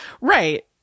right